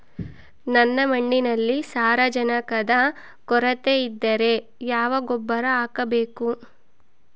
ನನ್ನ ಮಣ್ಣಿನಲ್ಲಿ ಸಾರಜನಕದ ಕೊರತೆ ಇದ್ದರೆ ಯಾವ ಗೊಬ್ಬರ ಹಾಕಬೇಕು?